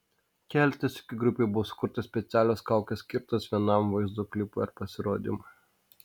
keletą sykių grupei buvo sukurtos specialios kaukės skirtos vienam vaizdo klipui ar pasirodymui